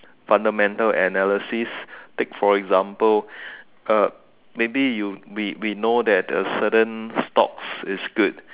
fundamental analysis take for example uh maybe you we we know that a certain stocks is good